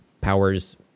powers